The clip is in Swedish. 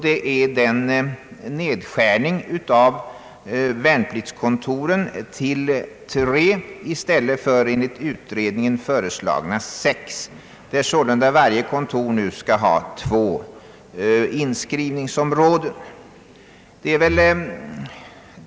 Det är den nedskärning av värnpliktskontoren till tre i stället för enligt utredningen föreslagna sex, där sålunda varje kontor nu skall ha två militärområden att betjäna.